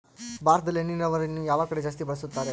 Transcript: ಭಾರತದಲ್ಲಿ ಹನಿ ನೇರಾವರಿಯನ್ನು ಯಾವ ಕಡೆ ಜಾಸ್ತಿ ಬಳಸುತ್ತಾರೆ?